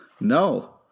No